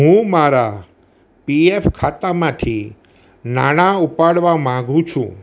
હું મારા પીએફ ખાતામાંથી નાણાં ઉપાડવા માગું છું